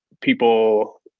people